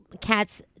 cat's